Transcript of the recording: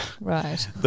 Right